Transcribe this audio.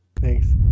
thanks